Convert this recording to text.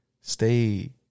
stay